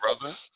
brother